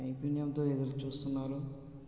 నైపుణ్యంతో ఎదురు చూస్తున్నారు